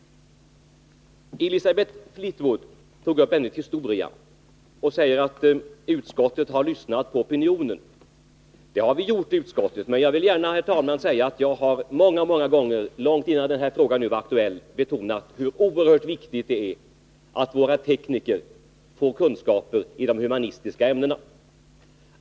Elisabeth Fleetwood tog upp ämnet historia och sade att utskottet har lyssnat på opinionen. Det har vi gjort i utskottet, men jag vill gärna understryka att jag många gånger, långt innan den här frågan nu har blivit aktuell, har betonat hur oerhört viktigt det är att våra tekniker får kunskap i de humanistiska ämnena.